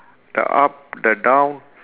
the up the down